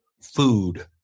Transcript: food